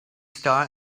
star